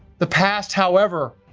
the past, however,